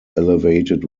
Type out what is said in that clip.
elevated